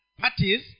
parties